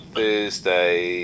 Thursday